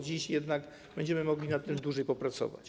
Dziś jednak będziemy mogli nad tym dłużej popracować.